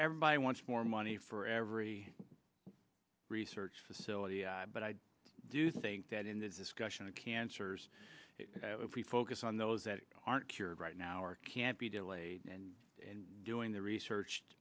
everybody wants more money for every research facility but i do think that in the discussion of cancers focus on those that aren't cured right now or can't be delayed and doing the research